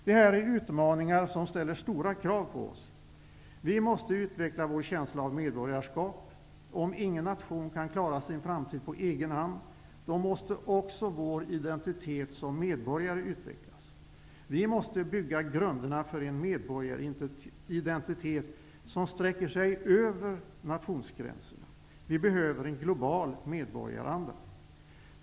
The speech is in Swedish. Detta är utmaningar som ställer stora krav på oss. Vi måste utveckla vår känsla av medborgarskap. Om ingen nation kan klara sin framtid på egen hand, måste också vår identitet som medborgare utvecklas. Vi måste bygga grunderna för en medborgaridentitet som sträcker sig över nationsgränserna. Vi behöver en global medborgaranda.